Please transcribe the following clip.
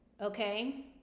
okay